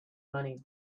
money